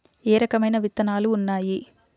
ఏ రకమైన విత్తనాలు ఉన్నాయి?